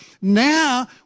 Now